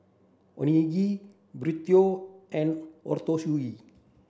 Onigiri Burrito and Ootoro Sushi